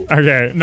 okay